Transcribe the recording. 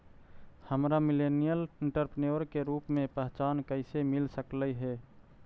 हमरा millennial entrepreneur के रूप में पहचान कइसे मिल सकलई हे?